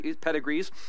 pedigrees